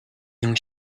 nią